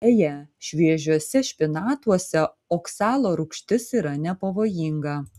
beje šviežiuose špinatuose oksalo rūgštis yra nepavojinga